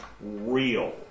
real